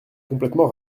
complètement